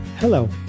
Hello